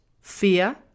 fear